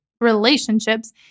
relationships